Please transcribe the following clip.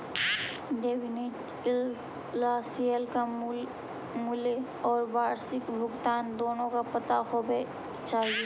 dividend yield ला share का मूल मूल्य और वार्षिक भुगतान दोनों का पता होवे चाही